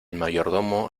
mayordomo